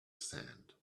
sand